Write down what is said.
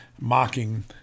mocking